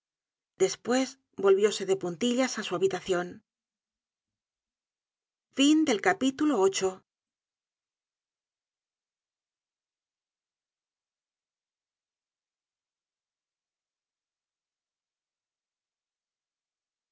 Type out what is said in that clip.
despues volvióse de puntillas á su habitacion